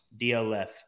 DLF